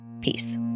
Peace